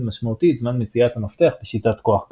משמעותי את זמן מציאת המפתח בשיטת כוח גס.